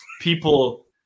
people